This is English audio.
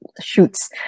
shoots